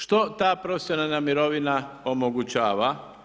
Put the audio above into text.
Što ta profesionalna mirovina omogućava?